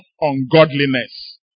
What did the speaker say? ungodliness